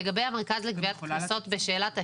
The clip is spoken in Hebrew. לגבי המרכז לגביית קנסות ושאלת האפקטיביות,